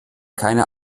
keine